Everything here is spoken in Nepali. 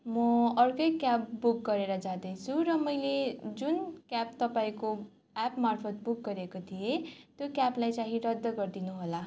म अर्कै क्याब बुक गरेर जाँदैछु र मैले जुन क्याब तपाईँको एप मार्फत् बुक गरेको थिएँ त्यो क्याबलाई चाहिँ रद्द गरिदिनु होला